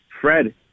Fred